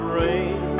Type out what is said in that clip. rain